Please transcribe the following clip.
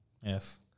Yes